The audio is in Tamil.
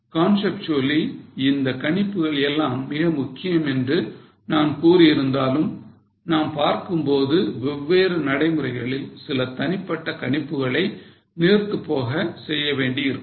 Conceptually இந்தக் கணிப்புகள் எல்லாம் மிக முக்கியம் என்று நான் கூறியிருந்தாலும் நாம் பார்க்க போகும் வெவ்வேறு நடைமுறைகளில் சில தனிப்பட்ட கணிப்புகளை நீர்த்துப் போக செய்ய வேண்டி இருக்கும்